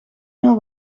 mail